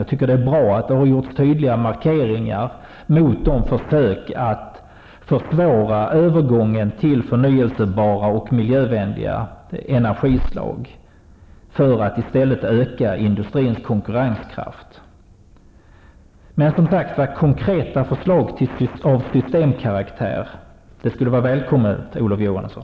Jag tycker att det är bra att det har gjorts tydliga markeringar mot försöken att försvåra övergången till förnyelsebara och miljövänliga energislag för att i stället öka industrins konkurrenskraft. Konkreta förslag av systemkaraktär skulle vara välkomna, Olof Johansson.